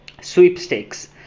sweepstakes